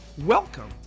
Welcome